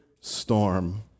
storm